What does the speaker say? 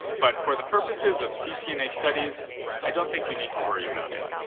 but for the purposes of ccna studies i don't think you need to worry about it.